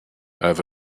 have